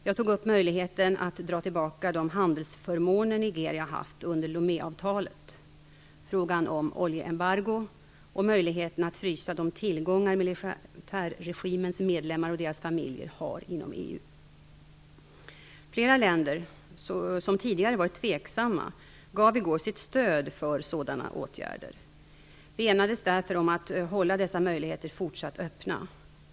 Jag tog upp möjligheten att dra tillbaka de handelsförmåner Nigeria haft under Loméavtalet, frågan om oljeembargo och möjligheterna att frysa de tillgångar militärregimens medlemmar och deras familjer har inom EU. Flera länder som tidigare varit tveksamma gav i går sitt stöd för sådana åtgärder. Vi enades därför om att hålla dessa möjligheter fortsatt öppna.